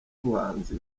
ubuhanzi